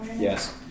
Yes